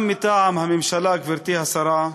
גם מטעם הממשלה, גברתי השרה,